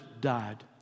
died